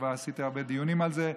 ועשיתי הרבה דיונים על זה,